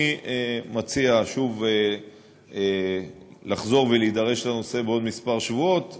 אני מציע שוב לחזור ולהידרש לנושא בעוד שבועות מספר.